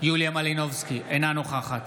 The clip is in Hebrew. אינה נוכחת